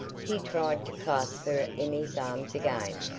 he tried to clasp her in his arms again,